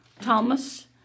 Thomas